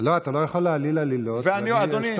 לא, אתה לא יכול להעליל עלילות, ואני אשתוק.